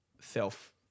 self